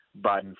Biden